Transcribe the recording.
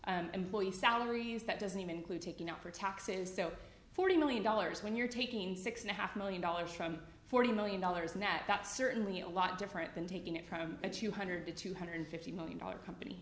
include employee salaries that doesn't even include taking out for taxes so forty million dollars when you're taking six and a half million dollars from forty million dollars net that's certainly a lot different than taking it from a two hundred to two hundred fifty million dollars company